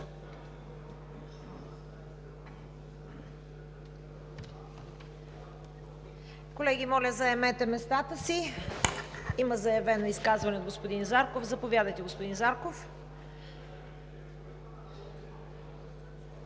Колеги, моля да заемете местата си. Има заявено изказване от господин Зарков. Заповядайте, господин Зарков.